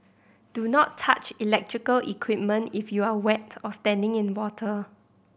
do not touch electrical equipment if you are wet or standing in water